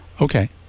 Okay